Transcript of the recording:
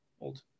old